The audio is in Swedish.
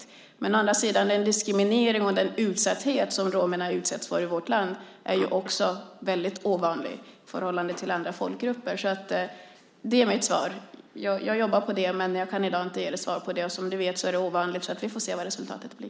Å andra sidan är ju också den diskriminering och utsatthet som romerna drabbas av i vårt land väldigt ovanlig i förhållande till andra folkgrupper. Det är mitt svar. Jag jobbar på det men kan i dag inte ge något svar på det du frågar om. Som du vet är det ovanligt, men vi får se vad resultatet blir.